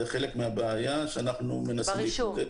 זה חלק מבעיה שאנחנו מנסים להתמודד אתה.